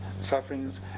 sufferings